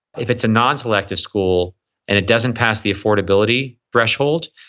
if it's a nonselective school and it doesn't pass the affordability threshold,